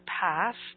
past